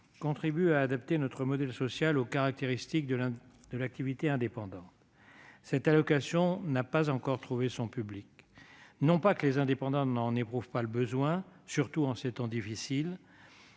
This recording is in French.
contribue à adapter notre modèle social aux caractéristiques de l'activité indépendante. Cette allocation n'a pas encore trouvé son public : non pas que les indépendants n'en aient pas éprouvé le besoin, surtout en ces temps difficiles,